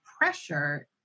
pressure